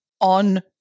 on